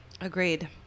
Agreed